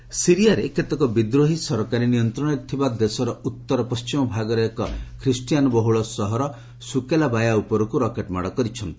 Syria shelling ସିରିଆରେ କେତେକ ବିଦ୍ରୋହୀ ସରକାରୀ ନିୟନ୍ତ୍ରଣରେ ଥିବା ଦେଶର ଉତ୍ତର ପଣ୍ଢିମ ଭାଗର ଏକ କ୍ରିଷ୍ଟିଆନ୍ ବହ୍ରଳ ସହର ସ୍ରକେଲାବାୟା ଉପରକ୍ ରକେଟ୍ ମାଡ଼ କରିଛନ୍ତି